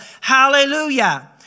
Hallelujah